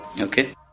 Okay